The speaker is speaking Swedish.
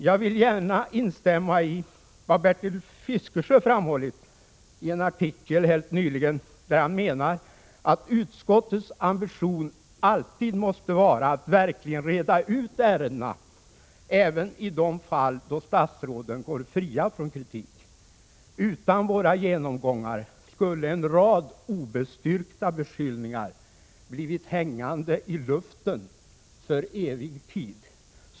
Jag vill gärna instämma i vad Bertil Fiskesjö framhållit i en artikel helt nyligen. Han menar där att utskottets ambition alltid måste vara att verkligen reda ut ärendena, även i de fall då statsråden går fria från kritik. Utan våra genomgångar skulle en rad obestyrkta beskyllningar blivit hängande i luften för evig tid.